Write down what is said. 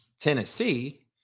Tennessee